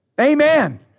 Amen